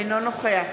אינו נוכח